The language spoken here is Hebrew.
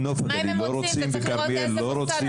אבל לא נוף הגליל לא רוצים וכרמיאל לא רוצים.